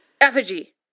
effigy